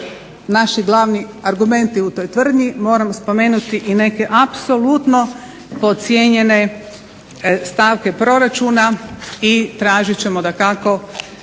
naši glavni argumenti u toj tvrdnji, moram spomenuti i neke apsolutno podcijenjene stavke proračuna i tražit ćemo dakako